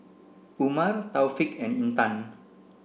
Umar Taufik and Intan